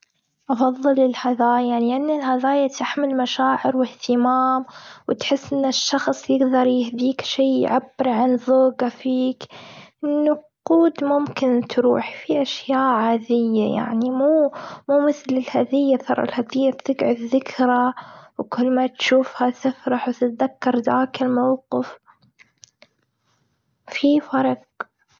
أفضل الهدايا. لإن الهدايا تحمل مشاعر واهتمام، وتحس إن الشخص يقدر يهديك شي يعبر عن ذوقه فيك. النقود ممكن تروح في أشياء عاديه، يعني مو مثل الهدية. ترى الهدية تقعد ذكرى وكل ما تشوفها تفرح وتتذكر ذاك الموقف، في فرق.